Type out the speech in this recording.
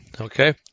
Okay